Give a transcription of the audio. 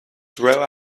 grow